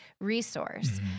resource